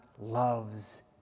loves